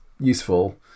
useful